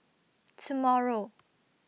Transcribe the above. tomorrow